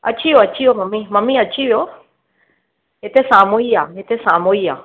अची वियो अची वियो मम्मी मम्मी अची वियो हिते साम्हूं ई आहे हिते साम्हूं ई आहे